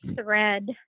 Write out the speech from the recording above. thread